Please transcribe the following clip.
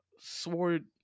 sword